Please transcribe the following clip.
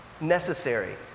necessary